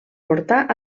portar